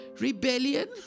rebellion